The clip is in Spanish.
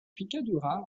picadura